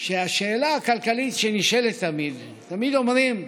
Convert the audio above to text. שהשאלה הכלכלית שנשאלת תמיד, תמיד אומרים: